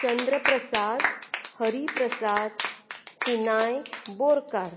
Chandraprasad Hariprasad Sinai Borkar